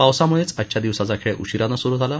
पावसामुळेच आजच्या दिवसाचा खेळ उशीरानं सुरु झाला